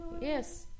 yes